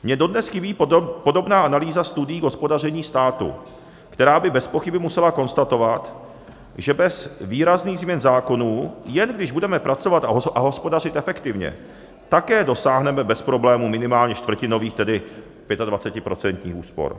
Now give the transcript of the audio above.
Mně dodnes chybí podobná analýza studií k hospodaření státu, která by bezpochyby musela konstatovat, že bez výrazných změn zákonů, jen když budeme pracovat a hospodařit efektivně, také dosáhneme bez problémů minimálně čtvrtinových, tedy pětadvacetiprocentních úspor.